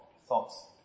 thoughts